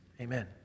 Amen